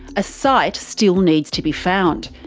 a site still needs to be found,